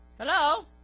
Hello